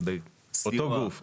שאותו גוף,